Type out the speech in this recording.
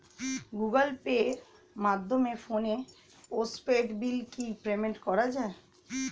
Google পের মাধ্যমে ফোনের পোষ্টপেইড বিল কি পেমেন্ট করা যায়?